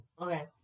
Okay